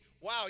wow